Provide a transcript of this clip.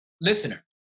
listener